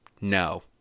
no